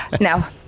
Now